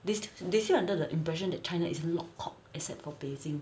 they they still under the impression that china is lok kok except for beijing